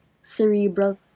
cerebral